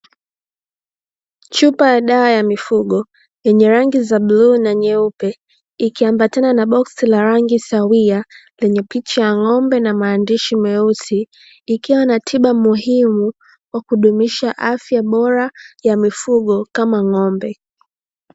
Chupa ya dawa ya mifugo yenye rangi za bluu na nyeupe ikiambatana na boksi la rangi sawia yenye picha ya ng'ombe na maandishi meusi, ikiwa na tiba muhimu ya kudumisha afya bora ya mifugo kama ng'ombe.